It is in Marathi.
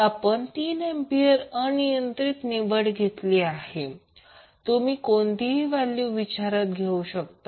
आपण 3 एंपियर अनियंत्रित निवड घेतली आहे तुम्ही कोणतीही व्हॅल्यू विचारात घेऊ शकता